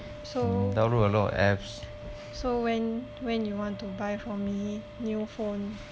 so so when when you want to buy for me new phone